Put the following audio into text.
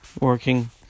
working